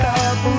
up